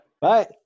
bye